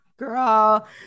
girl